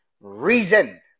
reason